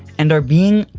and are being,